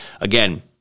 Again